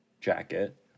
jacket